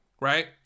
Right